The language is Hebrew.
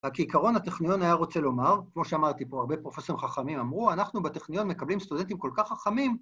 כעיקרון הטכניון היה רוצה לומר, כמו שאמרתי פה, הרבה פרופסורים חכמים אמרו, אנחנו בטכניון מקבלים סטודנטים כל כך חכמים.